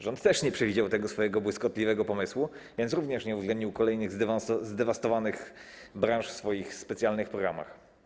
Rząd też nie przewidział tego swojego błyskotliwego pomysłu, więc również nie uwzględnił kolejnych zdewastowanych branż w swoich specjalnych programach.